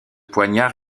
poignard